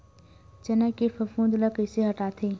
चना के फफूंद ल कइसे हटाथे?